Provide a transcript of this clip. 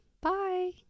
bye